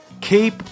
keep